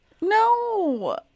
no